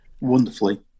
wonderfully